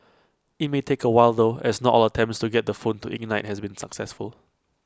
IT may take A while though as not all attempts to get the phone to ignite has been successful